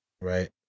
right